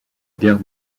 guerre